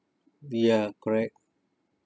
ya correct